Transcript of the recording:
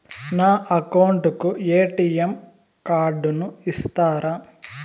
నా అకౌంట్ కు ఎ.టి.ఎం కార్డును ఇస్తారా